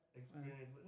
experience